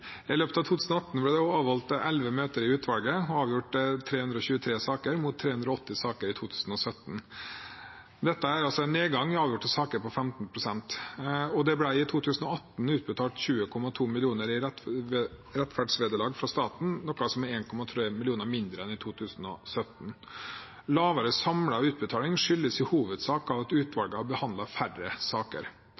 elleve møter i utvalget og avgjort 323 saker, mot 380 saker i 2017. Dette er en nedgang i avgjorte saker på 15 pst. Det ble i 2018 utbetalt 20,2 mill. kr i rettferdsvederlag fra staten, noe som er 1,3 mill. kr mindre enn i 2017. Lavere samlet utbetaling skyldes i hovedsak at utvalget har behandlet færre saker. Årsaken til nedgangen i antall behandlede saker er i hovedsak at